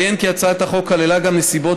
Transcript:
אציין כי הצעת החוק כללה גם נסיבות